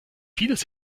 vieles